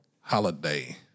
holiday